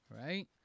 right